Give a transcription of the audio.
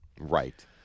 right